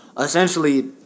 Essentially